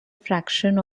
fraction